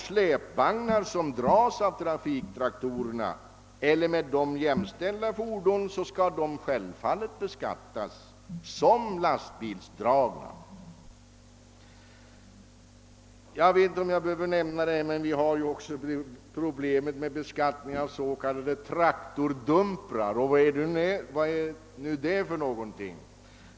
Släpvagnar som dras av en trafiktraktor eller med dem jämställda fordon skall självfallet beskattas som lastbilsdragna. Jag vet inte om jag behöver nämna det, men vi har också problemet med beskattningen av s.k. traktordumprar. Vad är nu detta?